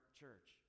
church